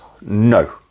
no